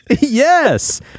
Yes